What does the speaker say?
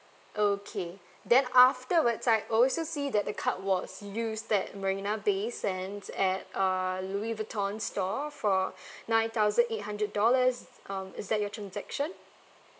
okay then afterwards I also see that the card was used at marina bay sands at uh louis vuitton store for nine thousand eight hundred dollars uh is that your transaction